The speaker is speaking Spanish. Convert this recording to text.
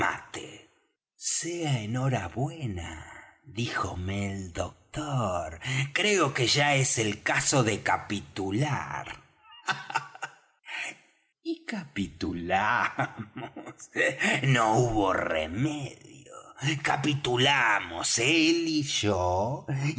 sea en hora buena díjome el doctor creo que es ya el caso de capitular y capitulamos no hubo remedio capitulamos él y yo